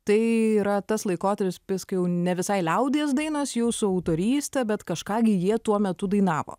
tai yra tas laikotarpis kai ne visai liaudies dainos jau su autoryste bet kažką gi jie tuo metu dainavo